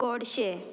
गोडशें